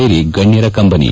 ಸೇರಿ ಗಣ್ಣರ ಕಂಬನಿ